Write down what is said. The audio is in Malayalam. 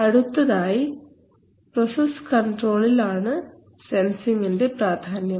അടുത്തതായി പ്രോസസ് കണ്ട്രോളിൽ ആണ് സെൻസിങിന്റെ പ്രാധാന്യം